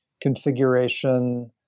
configuration